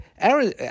Aaron